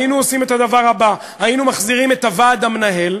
היינו עושים את הדבר הבא: היינו מחזירים את הוועד המנהל,